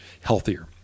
healthier